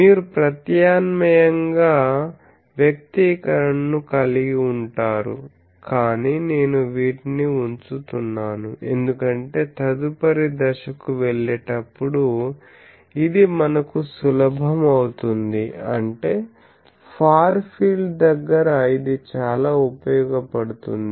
మీరు ప్రత్యామ్నాయ వ్యక్తీకరణ ను కలిగి ఉంటారు కానీ నేను వీటిని ఉంచుతున్నాను ఎందుకంటే తదుపరి దశ కు వెళ్లేటప్పుడు ఇది మనకు సులభం అవుతుంది అంటే ఫార్ ఫీల్డ్ దగ్గర ఇది చాలా ఉపయోగపడుతుంది